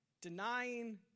denying